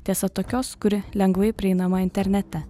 tiesa tokios kuri lengvai prieinama internete